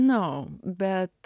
nu bet